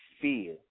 fear